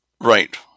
Right